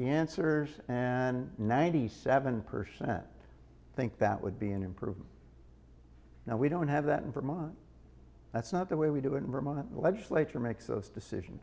the answers and ninety seven percent think that would be improved now we don't have that information that's not the way we do in vermont legislature makes those decisions